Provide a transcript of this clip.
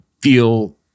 feel